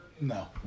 No